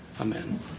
Amen